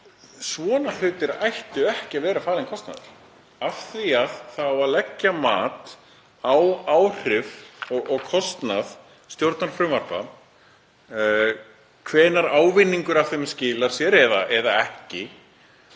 svona hlutir ættu einmitt ekki að vera falinn kostnaður. Það á að leggja mat á áhrif og kostnað stjórnarfrumvarpa, hvenær ávinningur af þeim skilar sér eða hvort